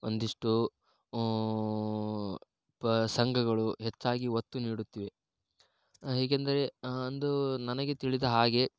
ಒಂದಿಷ್ಟು ಪ ಸಂಘಗಳು ಹೆಚ್ಚಾಗಿ ಒತ್ತು ನೀಡುತ್ತಿವೆ ಏಕೆಂದರೆ ಅಂದು ನನಗೆ ತಿಳಿದ ಹಾಗೆ